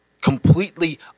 Completely